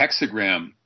hexagram